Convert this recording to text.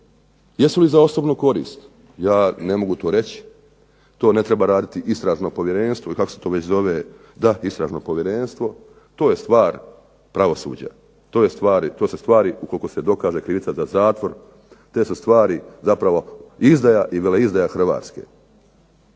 jesu li za osobnu korist, ja ne mogu to reči to ne treba raditi istražno povjerenstvo, to je stvar pravosuđa, to su stvari ukoliko se dokaže krivica da zatvor, te su stvari izdaja i veleizdaja Hrvatske.